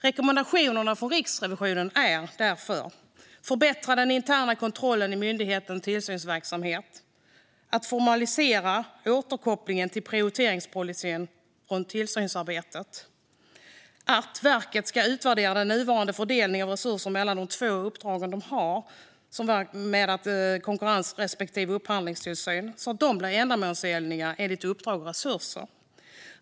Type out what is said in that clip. Rekommendationerna från Riksrevisionen är att förbättra den interna kontrollen i myndighetens tillsynsverksamhet att formalisera återkopplingen till prioriteringspolicyn från tillsynsarbetet att verket ska utvärdera den nuvarande fördelningen av resurser mellan de två uppdrag som verket har med konkurrens respektive upphandlingstillsyn så att den blir ändamålsenlig enligt uppdrag och resurser.